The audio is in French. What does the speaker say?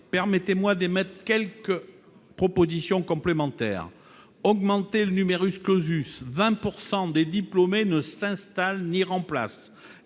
permettez-moi d'émettre quelques propositions complémentaires augmenter le numerus clausus 20 pourcent des des diplômés ne s'installe, ni remplace